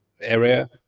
area